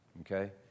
Okay